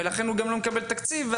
ולכן הוא גם לא מקבל תקציב,